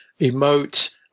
emote